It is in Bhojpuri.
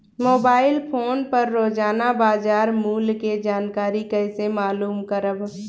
मोबाइल फोन पर रोजाना बाजार मूल्य के जानकारी कइसे मालूम करब?